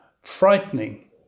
frightening